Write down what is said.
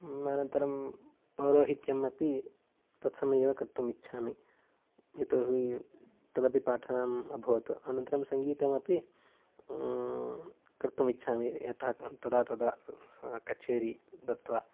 अनन्तरं पौरोहित्यम् अपि तत्समये एव कर्तुम् इच्छामि यतोहि तदपि पाठनम् अभवत् अनन्तरं सङ्गीतम् अपि कर्तुम् इच्छामि यथा तदा तदा कचेरी गत्वा